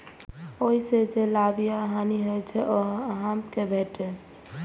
ओइ सं जे लाभ या हानि होइ छै, ओ अहां कें भेटैए